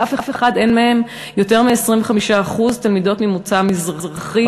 באף אחד אין יותר מ-25% תלמידות ממוצא מזרחי.